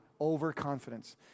Overconfidence